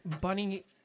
Bunny